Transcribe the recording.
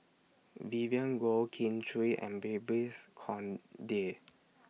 Vivien Goh Kin Chui and Babes Conde